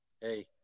hey